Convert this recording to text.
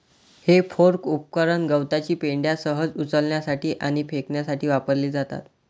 हे फोर्क उपकरण गवताची पेंढा सहज उचलण्यासाठी आणि फेकण्यासाठी वापरली जातात